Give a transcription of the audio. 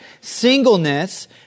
singleness